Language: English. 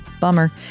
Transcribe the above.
bummer